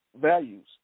values